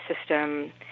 system